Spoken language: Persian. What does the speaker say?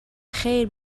خیر